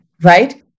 right